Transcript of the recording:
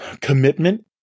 commitment